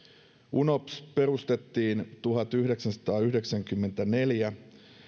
unops perustettiin tuhatyhdeksänsataayhdeksänkymmentäneljä